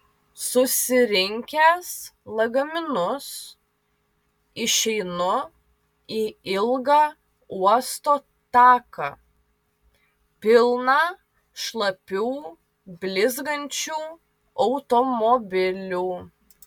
susirinkęs lagaminus išeinu į ilgą uosto taką pilną šlapių blizgančių automobilių